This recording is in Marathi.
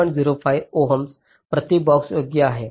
05 ओहम्स प्रति बॉक्स योग्य आहे